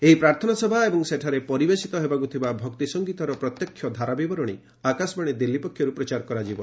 ଏହି ପ୍ରାର୍ଥନାସଭା ଏବଂ ସେଠାରେ ପରିବେଶିତ ହେବାକୁଥିବା ଭକ୍ତି ସଂଗୀତର ପ୍ରତ୍ୟକ୍ଷ ଧାରାବିବରଣୀ ଆକାଶବାଣୀ ଦିଲ୍ଲୀ ପକ୍ଷରୁ ପ୍ରଚାର କରାଯିବ